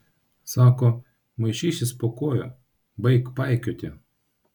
sako maišysis po kojų baik paikioti